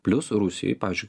plius rusijoj pavyzdžiui